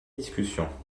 discussion